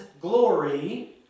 glory